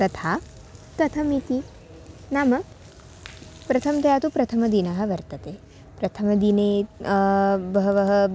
तथा कथमिति नाम प्रथमतया तु प्रथमदिनः वर्तते प्रथमदिने बहवः